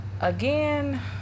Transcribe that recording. again